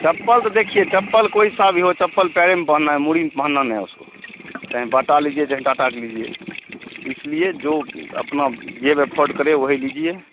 चप्पल तो देखिए चप्पल कोई सा भी हो चप्पल पैर में पहनना है मुड़ी में पहनना नहीं है उसको चाहें बाटा लीजिए चाहे टाटा का लीजिए इसलिए जो अपना जेब एफर्ट करे वही लीजिए